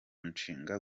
nshinga